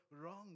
wrong